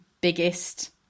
biggest